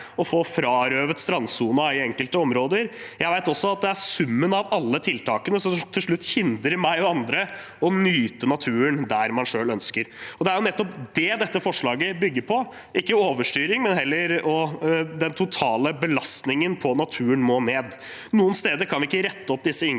å bli frarøvet strandsonen i enkelte områder. Jeg vet også at det er summen av alle tiltakene som til slutt hindrer meg og andre i å nyte naturen der man selv ønsker. Det er nettopp det dette forslaget bygger på – ikke overstyring, men heller at den totale belastningen på naturen må ned. Noen steder kan vi ikke rette opp disse inngrepene,